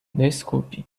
desculpe